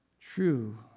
true